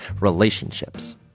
relationships